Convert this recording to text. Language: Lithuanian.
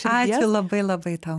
ačiū labai labai tau